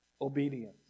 Obedience